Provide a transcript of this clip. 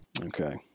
Okay